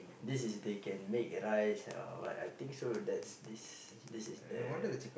this is they can make rice or what I think so that's this this is the